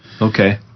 okay